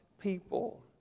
people